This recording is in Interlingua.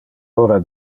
ora